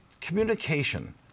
communication